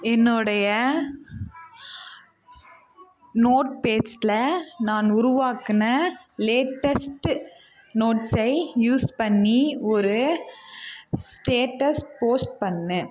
என்னுடைய நோட்பேஸ்ட்ல நான் உருவாக்கின லேட்டஸ்ட்டு நோட்ஸை யூஸ் பண்ணி ஒரு ஸ்டேட்டஸ் போஸ்ட் பண்ணு